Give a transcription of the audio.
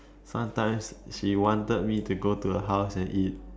sometimes she wanted me to go to her house and eat